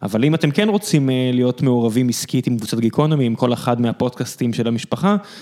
אבל אם אתם כן רוצים להיות מעורבים עסקית עם קבוצת גיקונומים, כל אחד מהפודקאסטים של המשפחה...